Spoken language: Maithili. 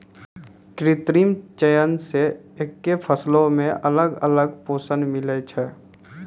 कृत्रिम चयन से एक्के फसलो मे अलग अलग पोषण मिलै छै